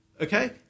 Okay